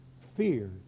Fear